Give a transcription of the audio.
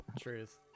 Truth